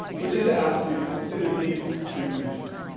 which is to ask you to consider these two images.